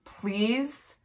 please